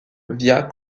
via